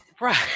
right